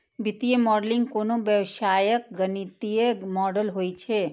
वित्तीय मॉडलिंग कोनो व्यवसायक गणितीय मॉडल होइ छै